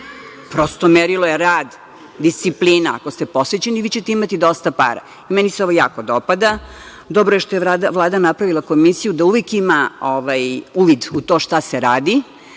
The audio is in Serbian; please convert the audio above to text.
merilo. Merilo je rad, disciplina. Ako ste posvećeni, vi ćete imati dosta para. Meni se ovo jako dopada. Dobro je što je Vlada napravila komisiju, da uvek ima uvid u to šta se radi.